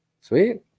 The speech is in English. Sweet